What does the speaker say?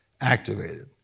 activated